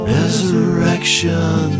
Resurrection